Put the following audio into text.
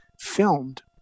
filmed